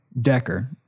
Decker